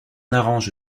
arrange